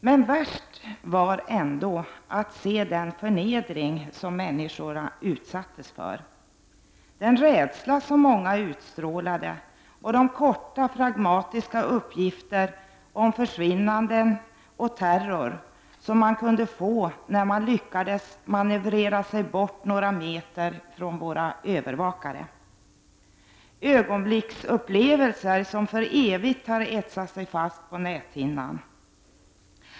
Men värst var ändå att se den förnedring som människorna utsattes för, den rädsla som många utstrålade och de korta, fragmatiska uppgifter om försvinnanden och terror som man kunde få när man lyckades manövrera sig bort några meter från våra bevakare. Ögonblicksupplevelser som för evigt har etsat sig fast på näthinnan.